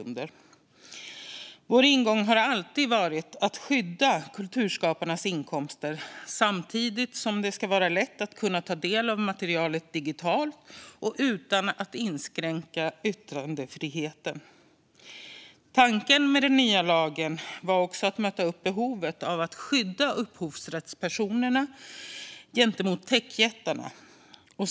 Vänsterpartiets ingång har alltid varit att skydda kulturskaparnas inkomster. Samtidigt ska det vara lätt att ta del av materialet digitalt, och yttrandefriheten ska inte inskränkas. Tanken med den nya lagen var även att möta behovet av att skydda upphovsrättspersonerna gentemot techjättarna.